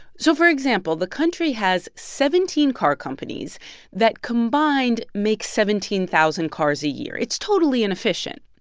so for example, the country has seventeen car companies that, combined, make seventeen thousand cars a year. it's totally inefficient.